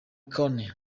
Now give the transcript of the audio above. kone